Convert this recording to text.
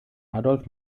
adolf